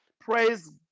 Praise